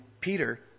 Peter